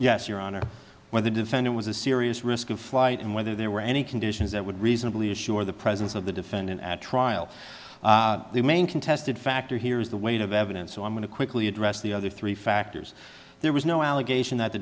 yes your honor whether defendant was a serious risk of flight and whether there were any conditions that would reasonably assure the presence of the defendant at trial the main contested factor here is the weight of evidence so i'm going to quickly address the other three factors there was no allegation that the